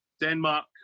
Denmark